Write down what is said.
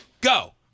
Go